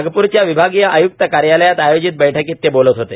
नागपूरच्या विभागीय आय्क्त कार्यालयात आयोजित बैठकीत ते बोलत होते